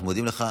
אנחנו מודים לך.